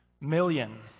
million